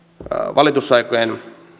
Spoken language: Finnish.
valitusaikojen